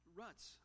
ruts